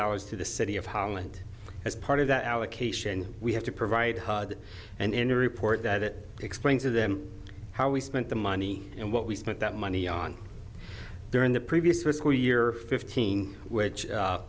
dollars to the city of holland as part of that allocation we have to provide hud and in a report that explains to them how we spent the money and what we spent that money on during the previous risk or year fifteen which